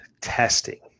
testing